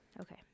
Okay